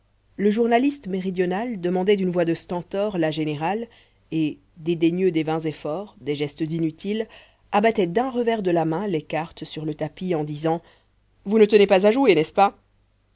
le journaliste méridional demandait d'une voix de stentor la générale et dédaigneux des vains efforts des gestes inutiles abattait d'un revers de main les cartes sur le tapis en disant vous ne tenez pas à jouer n'est-ce pas